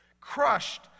crushed